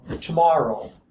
tomorrow